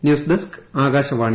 news desk Akashvani